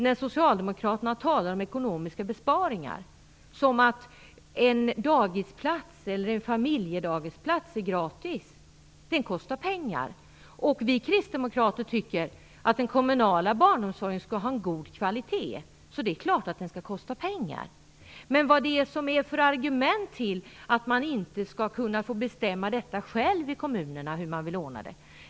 När socialdemokraterna talar om ekonomiska besparingar låter det ibland som att en dagisplats eller en familjedagisplats är gratis. Det kostar pengar. Vi kristdemokrater tycker att den kommunala barnomsorgen skall ha en god kvalitet, så det är klart att den skall kosta pengar. Men vad är det för argument till att man inte skall kunna bestämma detta själv i kommunerna?